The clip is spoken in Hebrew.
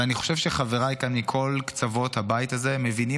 ואני חושב שחבריי כאן מכל קצוות הבית הזה מבינים